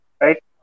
right